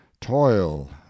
toil